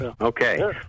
Okay